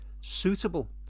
suitable